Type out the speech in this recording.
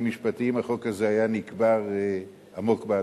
משפטיים החוק הזה היה נקבר עמוק באדמה.